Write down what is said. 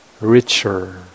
richer